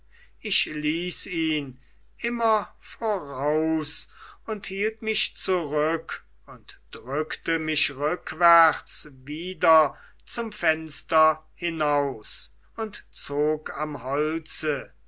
ich ließ ihn immer voraus und hielt mich zurück und drückte mich rückwärts wieder zum fenster hinaus und zog am holze